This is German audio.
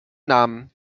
namen